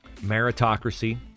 meritocracy